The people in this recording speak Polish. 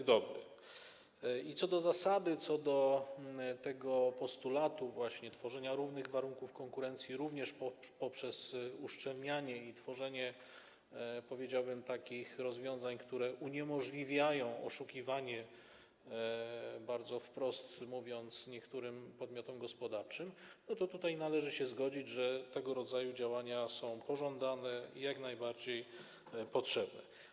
I co do zasady, co do tego postulatu tworzenia równych warunków konkurencji również poprzez uszczelnianie i tworzenie, powiedziałbym, takich rozwiązań, które uniemożliwiają oszukiwanie, bardzo wprost mówiąc, niektórym podmiotom gospodarczym, należy się zgodzić, że tego rodzaju działania są pożądane i jak najbardziej potrzebne.